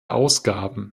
ausgaben